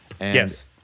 Yes